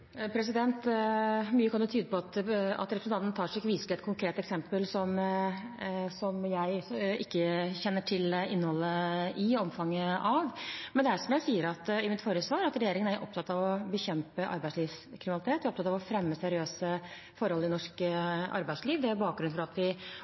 streikeretten. Mye kan tyde på at representanten Tajik viser til et konkret eksempel som jeg ikke kjenner til innholdet i eller omfanget av. Men som jeg sa i mitt forrige svar, er regjeringen opptatt av å bekjempe arbeidslivskriminalitet og av å fremme seriøse forhold i norsk